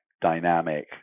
dynamic